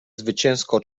zwycięsko